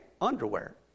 underwear